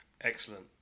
Excellent